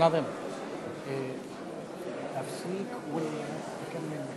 נשיא הפרלמנט